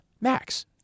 Max